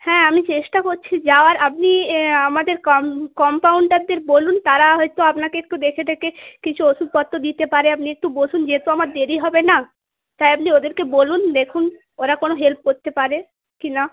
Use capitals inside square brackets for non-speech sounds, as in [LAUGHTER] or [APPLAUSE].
হ্যাঁ আমি চেষ্টা করছি যাওয়ার আপনি [UNINTELLIGIBLE] আমাদের কম্পাউন্ডারদের বলুন তারা হয়তো আপনাকে একটু দেখে টেখে কিছু ওষুধপত্র দিতে পারে আপনি একটু বসুন যেহেতু আমার দেরি হবে না তাই আপনি ওদেরকে বলুন দেখুন ওরা কোনো হেল্প করতে পারে কি না